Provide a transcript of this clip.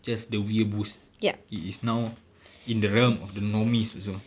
just the weeaboos it is now in the realm of the normies also